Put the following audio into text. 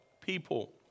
people